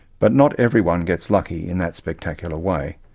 but not everyone gets lucky in that spectacular way.